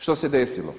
Što se desilo?